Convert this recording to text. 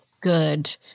good